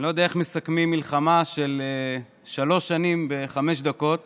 אני לא יודע איך מסכמים מלחמה של שלוש שנים בחמש דקות